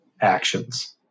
actions